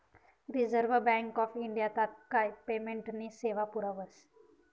reserve bank of India तात्काय पेमेंटनी सेवा पुरावस